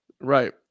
Right